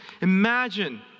imagine